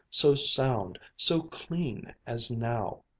so sound, so clean, as now.